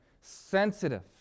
sensitive